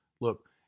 Look